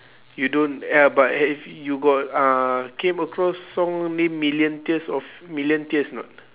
you don't eh ya but have you got uh came across song name million tears of million tears or not